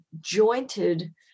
jointed